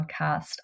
podcast